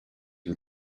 who